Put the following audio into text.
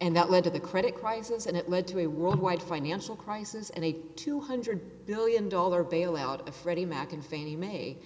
and that led to the credit crisis and it led to a worldwide financial crisis and a two hundred billion dollar bailout of freddie macin fannie mae